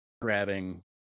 grabbing